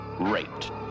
raped